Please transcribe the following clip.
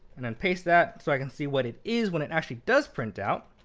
and then paste that. so i can see what it is when it actually does print out.